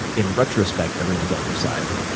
in retrospect, everyone's on your side.